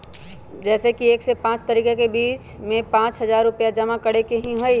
जैसे कि एक से पाँच तारीक के बीज में पाँच हजार रुपया जमा करेके ही हैई?